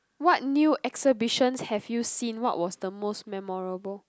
what new exhibitions have you seen what was the most memorable